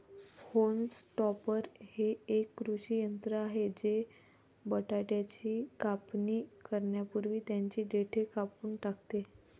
haulm topper हे एक कृषी यंत्र आहे जे बटाट्याची कापणी करण्यापूर्वी त्यांची देठ कापून टाकते